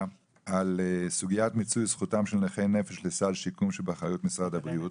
על סוגית מיצוי זכותם של נכי נפש לסל שיקום שבאחריות משרד הבריאות.